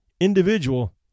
individual